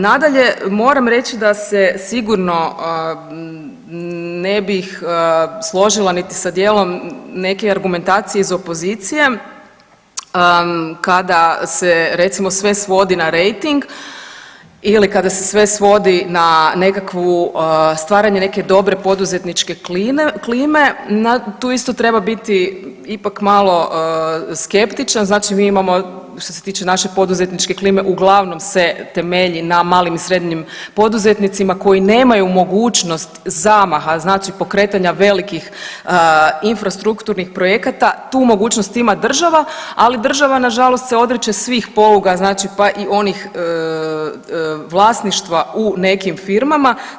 Nadalje, moram reći da se sigurno ne bih složila niti sa dijelom neke argumentacije iz opozicije kada se recimo sve svodi na rejting ili kada se sve svodi na nekakvu, stvaranje neke dobre poduzetničke klime, tu isto treba biti ipak malo skeptičan, znači mi imamo što se tiče naše poduzetničke klime uglavnom se temelji na malim i srednjim poduzetnicima koji nemaju mogućnost zamaha znači pokretanja velikih infrastrukturnih projekata, tu mogućnost ima država, ali država nažalost se odriče svih poluga, znači pa i onih vlasništva u nekim firmama.